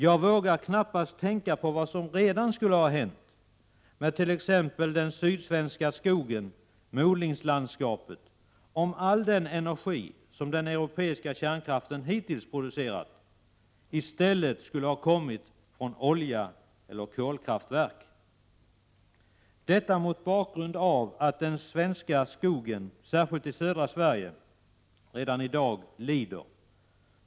Jag vågar knappast tänka på vad som skulle ha hänt med t.ex. den sydsvenska skogen, med odlingslandskapet, om all den energi som den europeiska kärnkraften hittills har producerat i stället skulle ha kommit från olja eller kolkraftverk. Detta säger jag mot bakgrund av att den svenska skogen, särskilt i södra Sverige, redan i dag lider.